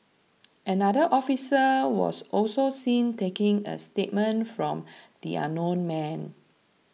another officer was also seen taking a statement from the unknown man